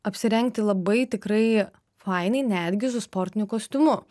apsirengti labai tikrai fainai netgi su sportiniu kostiumu